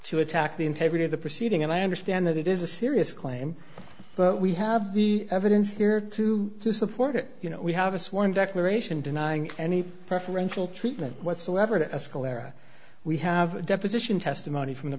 to attack the integrity of the proceeding and i understand that it is a serious claim but we have the evidence here to support it you know we have a sworn declaration denying any preferential treatment whatsoever to escalate that we have a deposition testimony from the